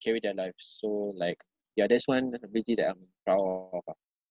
carry their lives so like ya that's one ability that I'm proud of ah